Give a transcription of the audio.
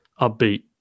upbeat